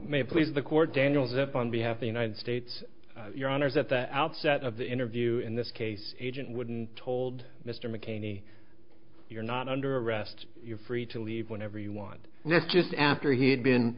may please the court daniels up on behalf of united states your honors at that outset of the interview in this case agent wouldn't told mr mccain any you're not under arrest you're free to leave whenever you want this just after he had been